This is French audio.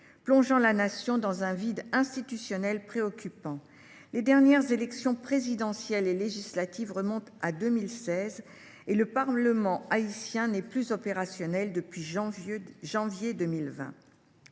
plongeant la nation dans un vide institutionnel préoccupant. La dernière élection présidentielle et les dernières élections législatives remontent à 2016, et le Parlement haïtien n’est plus opérationnel depuis janvier 2020.